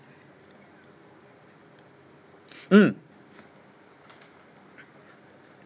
mm